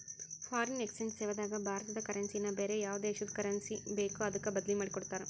foreign exchange ಸೇವಾದಾಗ ಭಾರತದ currency ನ ಬ್ಯಾರೆ ಯಾವ್ ದೇಶದ್ ಕರೆನ್ಸಿ ಬೇಕೊ ಅದಕ್ಕ ಬದ್ಲಿಮಾದಿಕೊಡ್ತಾರ್